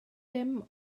dim